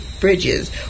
Bridges